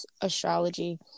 astrology